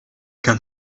can